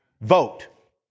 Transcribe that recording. Vote